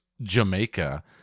Jamaica